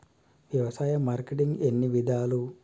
వ్యవసాయ మార్కెటింగ్ ఎన్ని విధాలు?